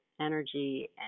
energy